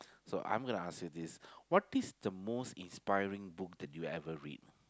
so I'm gonna ask you this what is the most inspiring book that you ever read